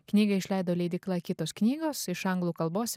knygą išleido leidykla kitos knygos iš anglų kalbos